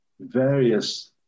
various